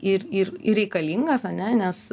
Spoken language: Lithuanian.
ir ir ir reikalingas ane nes